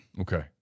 Okay